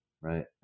right